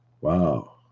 wow